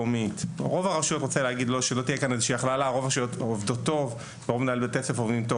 רוב הרשויות ורוב מנהלי בית הספר עובדים טוב.